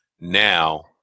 now